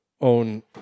own